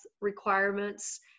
requirements